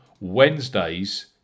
Wednesday's